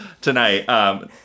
tonight